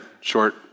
short